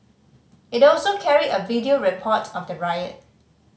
it also carried a video report of the riot